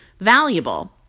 valuable